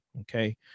Okay